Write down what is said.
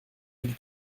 mille